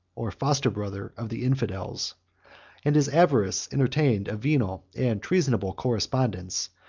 or foster-brother of the infidels and his avarice entertained a venal and treasonable correspondence,